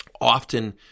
often